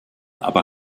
aber